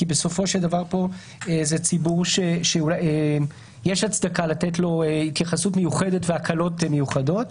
בסופו של דבר זה ציבור שיש הצדקה לתת לו התייחסות מיוחדת והקלות מיוחדות.